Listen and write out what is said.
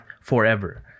forever